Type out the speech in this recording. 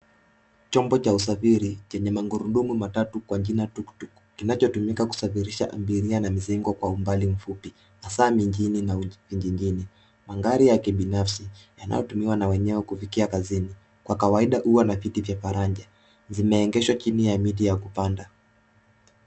Chombo cha usafiri chenye magurudumu matatu kwa jina tuktuk kinachotumika kusafirisha abiria na mizigo kwa umbali mfupi, hasaa mijijini na vijijini. Magari ya kibinafsi yanayotumiwa na wenyewe kufikia kazini kwa kawaida huwa na viti vya faraja, zimeegeshwa chini ya miti ya kupanda.